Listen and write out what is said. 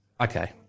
Okay